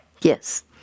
Yes